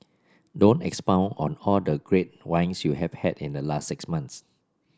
don't expound on all the great wines you have had in the last six months